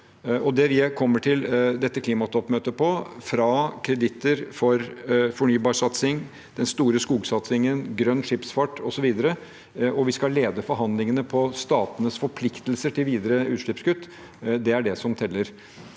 Det vi kommer til dette klimatoppmøtet med, er alt fra kreditter for fornybarsatsing, den store skogsatsingen, grønn skipsfart osv., og vi skal lede forhandlingene om statenes forpliktelser til videre utslippskutt. Det er det som teller.